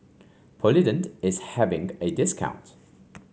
Polident is having a discount